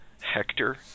Hector